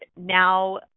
Now